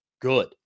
good